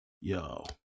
Yo